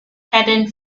heading